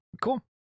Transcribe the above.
Cool